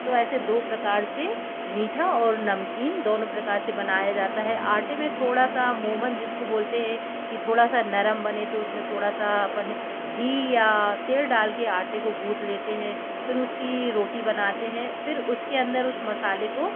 तो ऐसे दो प्रकार से मीठा और नमकीन दोनों प्रकार से बनाया जाता है आटे में थोड़ा सा मोमन जिसको बोलते हैं कि थोड़ा सा नरम बने तो उसमें थोड़ा सा अपन घी या तेल डाल के आटे को गूथ लेते हैं फिर उसकी रोटी बनाते हैं फिर उसके अंदर उस मसाले को